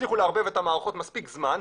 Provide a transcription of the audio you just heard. ותצליחו לערבב את המערכות מספיק זמן,